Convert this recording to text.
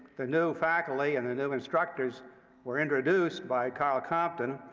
the new faculty and the new instructors were introduced by karl compton.